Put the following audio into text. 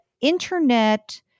internet